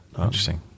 Interesting